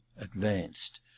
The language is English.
advanced